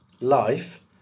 Life